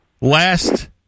last